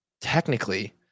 technically